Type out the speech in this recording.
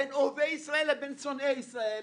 בין אוהבי ישראל לבין שונאי ישראל,